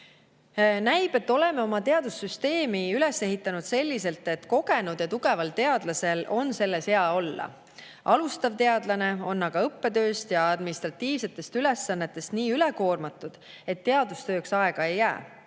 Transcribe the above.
Näib, et oleme oma teadussüsteemi üles ehitanud selliselt, et kogenud ja tugeval teadlasel on selles hea olla. Alustav teadlane on aga õppetööst ja administratiivsetest ülesannetest nii üle koormatud, et teadustööks aega ei jää.